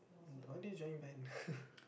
don't want them joining band